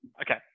Okay